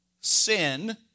sin